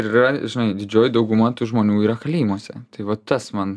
ir yra žinai didžioji dauguma tų žmonių yra kalėjimuose tai vat tas man